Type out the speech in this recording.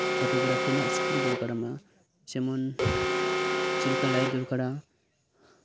photography ᱨᱮᱱᱟᱜ skill ᱫᱚᱨᱠᱟᱨᱟᱢᱟ ᱡᱮᱢᱚᱱ ᱪᱮᱫ ᱞᱮᱠᱟ ᱞᱟᱭᱤᱴ ᱫᱚᱨᱠᱟᱨᱟ